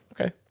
Okay